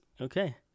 Okay